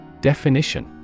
Definition